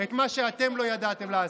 מה שאתם לא ידעתם לעשות.